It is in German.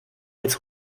als